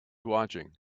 watching